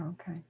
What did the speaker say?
Okay